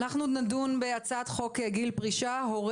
אנחנו נדון בהצעת חוק גיל פרישה (הורה